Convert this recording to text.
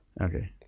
Okay